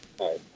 hi